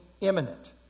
imminent